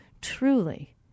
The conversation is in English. truly